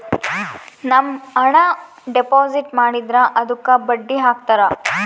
ನಮ್ ಹಣ ಡೆಪಾಸಿಟ್ ಮಾಡಿದ್ರ ಅದುಕ್ಕ ಬಡ್ಡಿ ಹಕ್ತರ